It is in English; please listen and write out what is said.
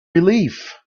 relief